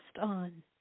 on